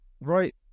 right